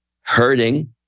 hurting